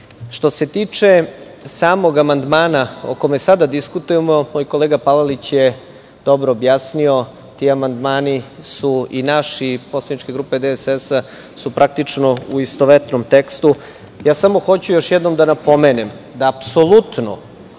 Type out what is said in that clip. se tiče samog amandmana o kome sada diskutujemo, moj kolega Palalić je dobro objasnio. Amandmani naše poslaničke grupe i DSS su praktično u istovetnom tekstu. Hoću još jednom da napomenem da bi bilo